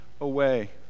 away